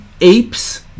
apes